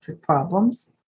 problems